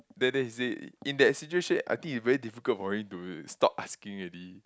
then then he say in that situation I think he very difficult for him to stop asking already